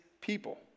people